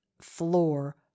floor